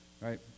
right